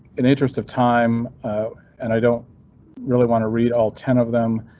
in interest of time and i don't really want to read all ten of them,